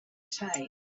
side